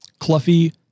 Cluffy